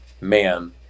man